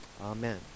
amen